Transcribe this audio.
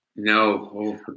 No